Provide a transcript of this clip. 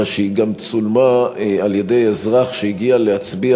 אלא שהיא גם צולמה על-ידי אזרח שהגיע להצביע